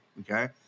okay